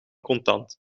contant